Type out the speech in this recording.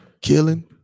killing